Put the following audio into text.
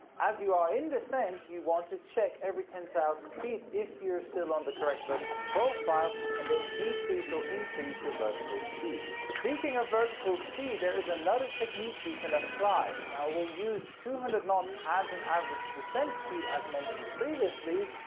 as you are in descent, you want to check every ten thousand feet if you're still on the correct vertical profile, and then decrease or increase your vertical speed. speaking of vertical speed, there is another technique you can apply. now, we'll use two hundred knots as an average descent speed, as mentioned previously,